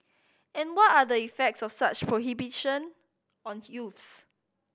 and what are the effects of such prohibition on youths